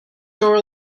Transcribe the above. door